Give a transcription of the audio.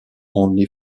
only